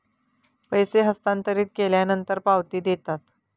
पैसे हस्तांतरित केल्यानंतर पावती देतात